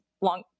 long